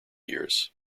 years